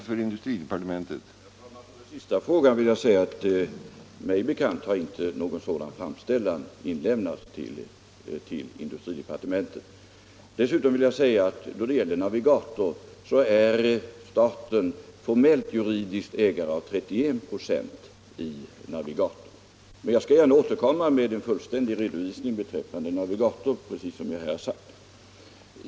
Herr talman! På den sista frågan vill jag svara att såvitt det är mig bekant har inte någon sådan framställning inlämnats till industridepartementet. Vidare vill jag säga att då det gäller Navigator AB är staten formellt juridiskt ägare av 31 ?6 av aktierna i Navigator. Jag skall gärna återkomma med en fullständig redovisning beträffande Navigator, precis som jag här sagt.